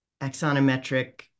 axonometric